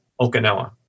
Okinawa